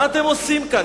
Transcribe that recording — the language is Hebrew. מה אתם עושים כאן?